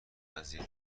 قضیه